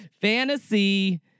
fantasy